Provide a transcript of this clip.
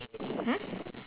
hmm